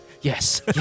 Yes